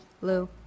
Lou